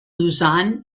luzon